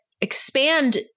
expand